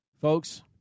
folks